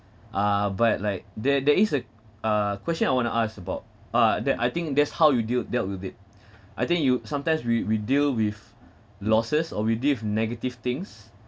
uh but like there there is a uh question I want to ask about uh that I think that's how you deal dealt with it I think you sometimes we we deal with losses or we deal with negative things